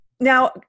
Now